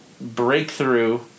breakthrough